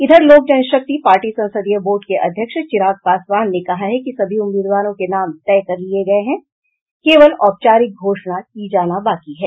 इधर लोक जनशक्ति पार्टी संसदीय बोर्ड के अध्यक्ष चिराग पासवान ने कहा है कि सभी उम्मीदवारों के नाम तय कर लिये गये हैं केवल औपचारिक घोषणा की जानी बाकी है